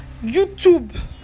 youtube